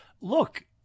Look